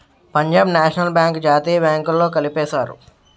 Punjab national bank జాతీయ బ్యాంకుల్లో కలిపేశారు